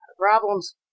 Problems